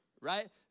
Right